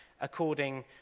according